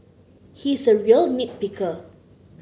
he is a real nit picker